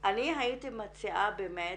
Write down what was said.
אני הייתי מציעה באמת,